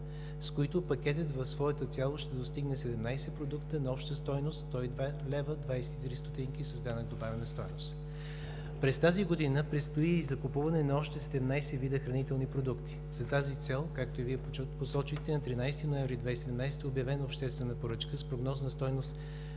с които пакетът в своята цялост ще достигне 17 продукта на общо стойност 102 лв. 23 ст. с ДДС. През тази година предстои и закупуване на още 17 вида хранителни продукти. За тази цел, както и Вие посочихте, на 13 ноември 2017 г. е обявена обществена поръчка с прогнозна стойност